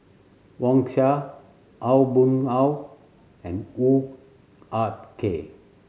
Wang Sha Aw Boon Haw and Hoo Ah Kay